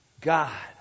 God